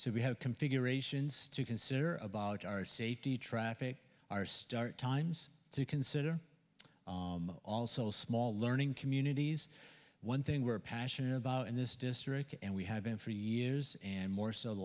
so we have configurations to consider about our safety traffic our start times to consider also small learning communities one thing we are passionate about in this district and we have been for years and more so the